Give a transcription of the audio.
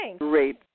great